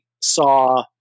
saw